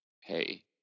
hey